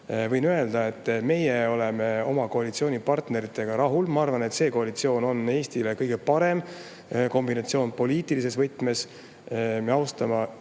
võin öelda, et meie oleme oma koalitsioonipartneritega rahul. Ma arvan, et see koalitsioon on Eestile kõige parem kombinatsioon poliitilises võtmes: me austame